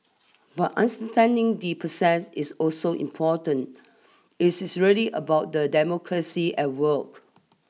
but understanding the process is also important is is really about the democracy at work